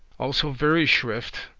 also, very shrift